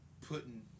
putting